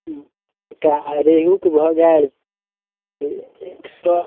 हुँ तऽ रेहुके भऽ गेल एक एक सओ